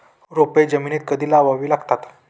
रोपे जमिनीत कधी लावावी लागतात?